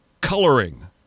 coloring